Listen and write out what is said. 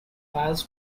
files